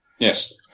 Yes